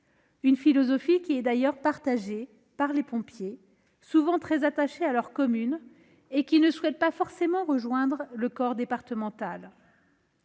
Cette philosophie est d'ailleurs partagée par les pompiers, souvent très attachés à leur commune, et qui ne souhaitent pas forcément rejoindre le corps départemental.